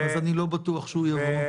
אז אני לא בטוח שהוא יבוא.